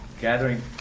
gathering